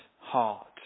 heart